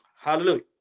Hallelujah